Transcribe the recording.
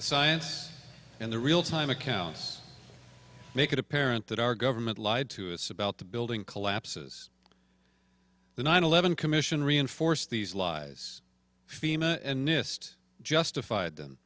the science and the real time accounts make it apparent that our government lied to us about the building collapses the nine eleven commission reinforced these lies fema and nist justified then